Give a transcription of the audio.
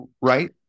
right